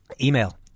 Email